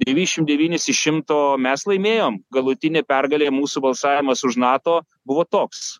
devyšim devynis iš šimto mes laimėjom galutinė pergalė mūsų balsavimas už nato buvo toks